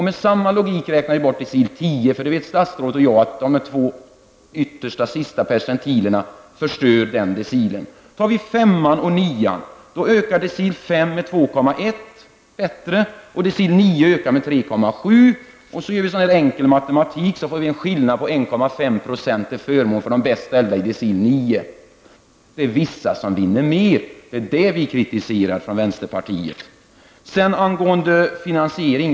Med samma logik räknar jag bort decil 10, för statsrådet och jag vet att i den tionde decilen är det, de två yttersta percentilerna som förrycker resultatet. Låt oss ta decil 5 och decil 9. Inom decil 5 blir det en ökning på 2,1 % och inom decil 9 en ökning med 3,7 %. Enligt en enkel matematik får vi en skillnad på ca 1,5 % till förmån för de bäst ställda i decil 9. Det finns de som vinner mer. Det är detta vi kritiserar från vänsterpartiet. Sedan angående finansieringen.